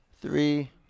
three